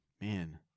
man